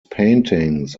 paintings